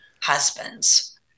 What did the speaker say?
husbands